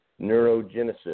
neurogenesis